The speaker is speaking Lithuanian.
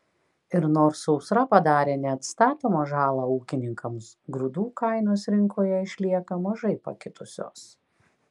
ir nors sausra padarė neatstatomą žalą ūkininkams grūdų kainos rinkoje išlieka mažai pakitusios